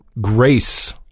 grace